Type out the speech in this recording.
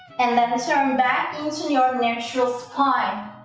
and then turn back into your neutral spine,